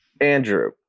Andrew